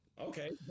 Okay